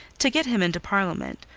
to get him into parliament,